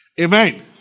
Amen